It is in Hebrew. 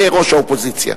ראש האופוזיציה.